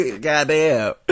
Goddamn